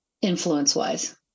influence-wise